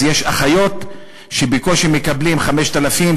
אז יש אחיות שבקושי מקבלות 5,000,